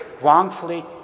wrongfully